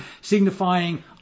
signifying